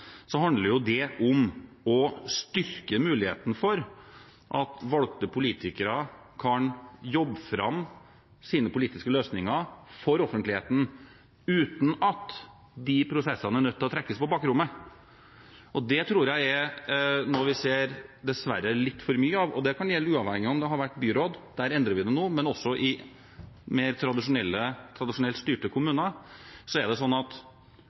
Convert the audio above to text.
handler det om å styrke muligheten for at valgte politikere kan jobbe fram sine politiske løsninger for offentligheten uten at de prosessene må trekkes på bakrommet. Det tror jeg er noe vi dessverre ser litt for mye av, og det kan gjelde uavhengig av om det har vært byråd – der endrer vi det nå – eller om det er i mer tradisjonelt styrte kommuner. Det foregår prosesser mellom politiske partier som ikke er